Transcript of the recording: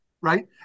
right